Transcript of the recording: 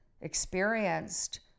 experienced